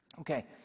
okay